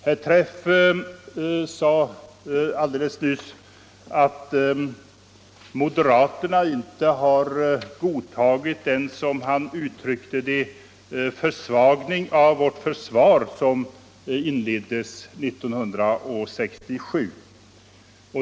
Herr Träff sade nyss att moderaterna inte har godtagit den — som han uttryckte det — försvagning av vårt försvar som inleddes 1967.